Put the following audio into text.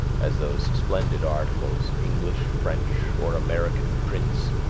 as those splendid articles, english, french, or american prints,